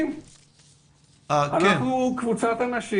אנחנו קבוצת אנשים.